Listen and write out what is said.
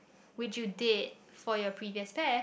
which you did for your previous pair